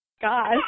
God